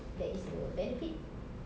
that is the benefit